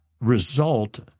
result